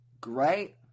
great